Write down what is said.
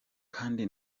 kandi